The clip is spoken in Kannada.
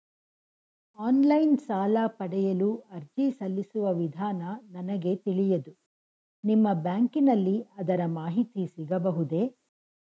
ಆನ್ಲೈನ್ ಸಾಲ ಪಡೆಯಲು ಅರ್ಜಿ ಸಲ್ಲಿಸುವ ವಿಧಾನ ನನಗೆ ತಿಳಿಯದು ನಿಮ್ಮ ಬ್ಯಾಂಕಿನಲ್ಲಿ ಅದರ ಮಾಹಿತಿ ಸಿಗಬಹುದೇ?